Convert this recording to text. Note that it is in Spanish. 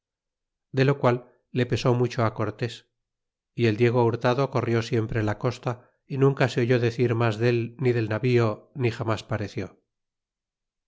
de lo qual le pesó mucho cortés y el diego hurtado corrió siempre la costa y nunca se oyó decir mas dél ni del navío ni jamas pareció